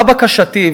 מה בקשתי?